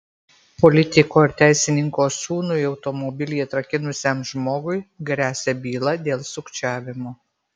politiko ir teisininko sūnui automobilį atrakinusiam žmogui gresia byla dėl sukčiavimo